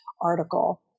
article